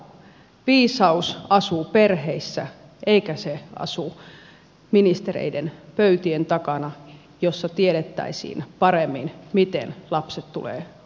viisaus asuu perheissä eikä se asu ministereiden pöytien takana jossa tiedettäisiin paremmin miten lapset tulee hoitaa